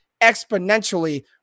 exponentially